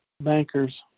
Bankers